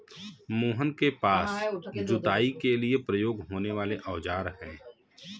मोहन के पास जुताई के लिए प्रयोग होने वाले औज़ार है